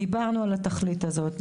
דיברנו על התכלית הזאת.